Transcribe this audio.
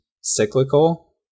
cyclical